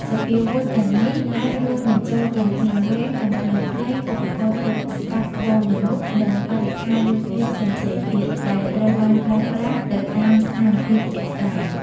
សព្វាវុធទាំងនេះអាចរួមបញ្ចូលកាំភ្លើងវែង កាំភ្លើងខ្លី ឧបករណ៍ទប់ស្កាត់ហ្វូងមនុស្ស និងបរិក្ខារយោធាផ្សេងៗទៀត ដែលត្រូវបានប្រើប្រាស់ទៅតាមស្ថានភាពជាក់ស្តែង។